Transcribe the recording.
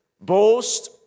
boast